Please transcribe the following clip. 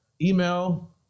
email